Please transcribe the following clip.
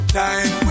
time